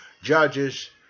judges